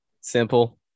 simple